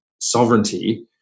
sovereignty